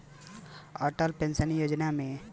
Atal pension Yojana मे उम्र सीमा का बा?